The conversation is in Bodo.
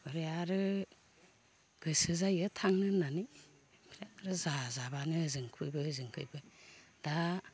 ओमफ्राय आरो गोसो जायो थांनो होननानै ओमफ्राय आरो जाजाबानो ओजोंखैबो ओजोंखैबो